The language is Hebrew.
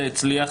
זה הצליח,